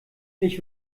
ich